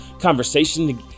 conversation